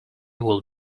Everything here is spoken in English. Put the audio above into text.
will